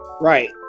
Right